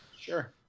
Sure